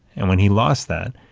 and when he lost that,